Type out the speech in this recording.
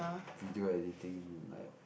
video editing and like